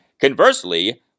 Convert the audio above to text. Conversely